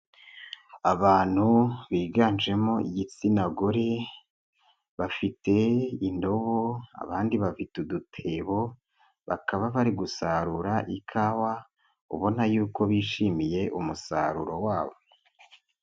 Abantu biganjemo igitsina gore bafite indobo, abandi bafite udutebo, bakaba bari gusarura ikawa, ubona y'uko bishimiye umusaruro wabo.